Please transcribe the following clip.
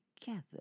together